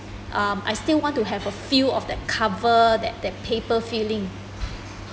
um I still want to have a feel of that cover that that paper feeling